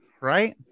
right